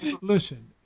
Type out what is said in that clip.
listen